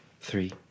three